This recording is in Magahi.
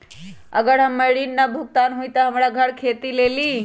अगर हमर ऋण न भुगतान हुई त हमर घर खेती लेली?